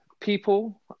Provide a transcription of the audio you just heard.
people